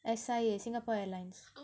S_I_A singapore airline